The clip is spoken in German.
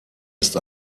ist